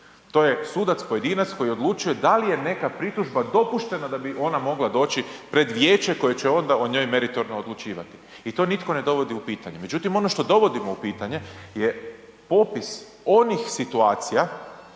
to je sudac pojedinac koji odlučuje da li je neka pritužba dopuštena da bi ona mogla doći pred vijeće koje će onda o njoj meritorno odlučivati i to nitko ne dovodi u pitanje. Međutim, ono što dovodimo u pitanje je popis onih situacija